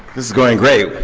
is going great.